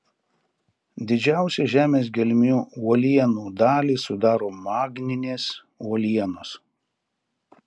didžiausią žemės gelmių uolienų dalį sudaro magminės uolienos